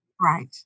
Right